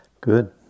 Good